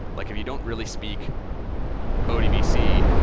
like if you don't really speak odbc,